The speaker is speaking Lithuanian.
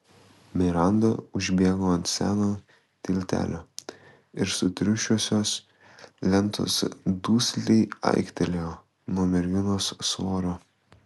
miranda užbėgo ant seno tiltelio ir sutriušusios lentos dusliai aiktelėjo nuo merginos svorio